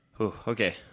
Okay